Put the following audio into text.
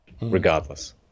regardless